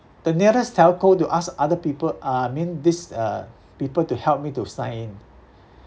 the nearest telco to ask other people uh I mean this uh people to help me to sign in